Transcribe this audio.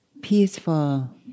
peaceful